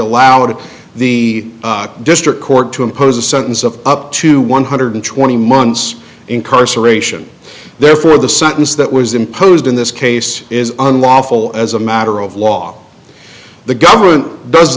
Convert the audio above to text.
allowed the district court to impose a sentence of up to one hundred twenty months incarceration therefore the sentence that was imposed in this case is unlawful as a matter of law the government does